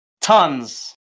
tons